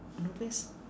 novice